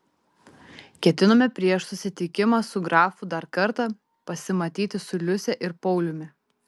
ketinome prieš susitikimą su grafu dar kartą pasimatyti su liuse ir pauliumi